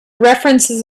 references